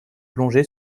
plongée